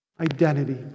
Identity